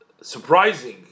surprising